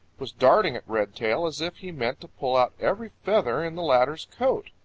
was darting at redtail as if he meant to pull out every feather in the latter's coat.